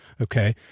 Okay